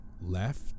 left